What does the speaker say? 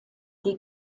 die